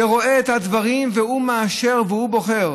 ורואה את הדברים והוא מאשר והוא בוחר,